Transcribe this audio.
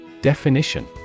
Definition